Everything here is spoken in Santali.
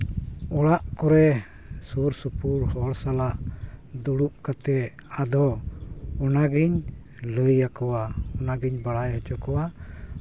ᱚᱲᱟᱜ ᱠᱚᱨᱮ ᱥᱩᱨᱼᱥᱩᱯᱩᱨ ᱦᱚᱲ ᱥᱟᱞᱟᱜ ᱫᱩᱲᱩᱵ ᱠᱟᱛᱮᱫ ᱟᱨᱚ ᱚᱱᱟ ᱜᱤᱧ ᱞᱟᱹᱭ ᱠᱚᱣᱟ ᱚᱱᱟᱜᱤᱧ ᱵᱟᱲᱟᱭ ᱦᱚᱪᱚ ᱠᱚᱣᱟ